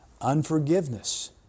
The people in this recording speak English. unforgiveness